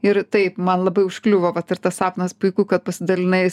ir taip man labai užkliuvo vat ir tas sapnas puiku kad pasidalinai